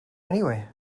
anyway